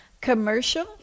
commercial